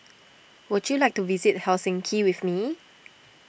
would you like to visit Helsinki with me